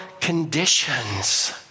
conditions